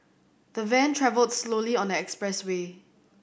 the van travelled slowly on the expressway